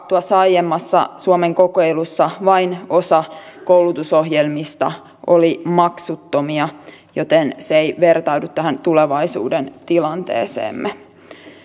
tuossa aiemmassa suomen kokeilussa vain osa koulutusohjelmista oli maksuttomia joten se ei vertaudu tähän tulevaisuuden tilanteeseemme